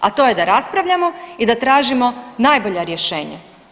A to je da raspravljamo i da tražimo najbolja rješenja.